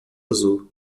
azul